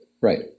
Right